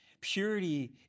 purity